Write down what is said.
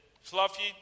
fluffy